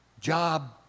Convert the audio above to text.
job